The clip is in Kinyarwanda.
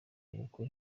umukwe